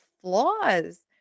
flaws